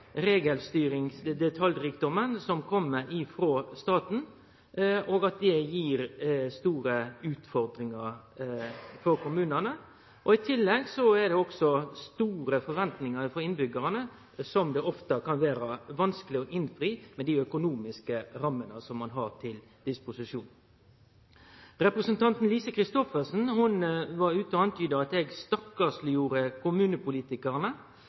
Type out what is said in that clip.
som dei blir pålagde av staten og som gir store utfordringar for kommunane. I tillegg har innbyggjarane òg store forventingar, som det ofte kan vere vanskeleg å innfri med dei økonomiske rammene ein har til disposisjon. Representanten Lise Christoffersen var ute og antyda at eg stakkarsleggjorde kommunepolitikarane.